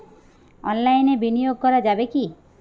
অনলাইনে বিনিয়োগ করা যাবে কি?